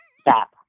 stop